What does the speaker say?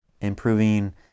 improving